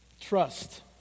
trust